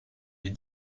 les